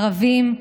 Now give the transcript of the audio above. ערבים,